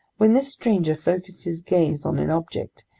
when this stranger focused his gaze on an object,